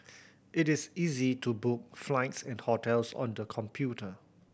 it is easy to book flights and hotels on the computer